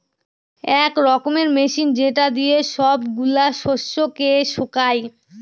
এক রকমের মেশিন যেটা দিয়ে সব গুলা শস্যকে শুকায়